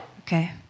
Okay